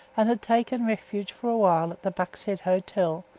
and had taken refuge for a while at the buck's head hotel,